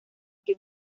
que